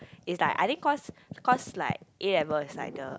is like I think cause cause like A-level is like the